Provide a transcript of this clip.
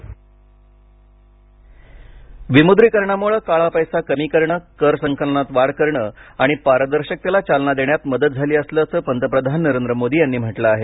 पंतप्रधान विमुद्रीकरणामुळं काळा पैसा कमी करणे कर संकलनात वाढ करणे आणि पारदर्शकतेला चालना देण्यात मदत झाली असल्याचं पंतप्रधान नरेंद्र मोदी यांनी म्हटलं आहे